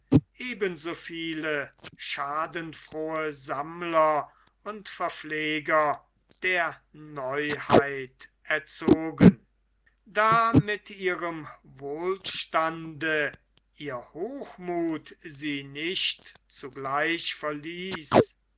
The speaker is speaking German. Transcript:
so viele schadenfrohe sammler und verpfleger der neuheit erzogen da mit ihrem wohlstande ihr hochmuth sie nicht zugleich verließ